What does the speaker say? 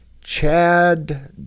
Chad